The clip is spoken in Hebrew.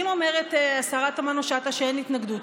אם אומרת השרה תמנו-שטה שאין התנגדות,